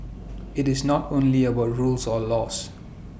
IT is not only about rules or laws